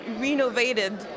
renovated